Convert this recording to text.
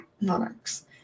monarchs